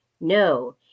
no